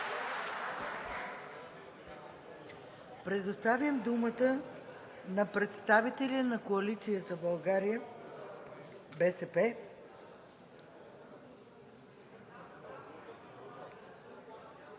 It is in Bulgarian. Предоставям думата на представителя на „Коалиция за България“ – БСП.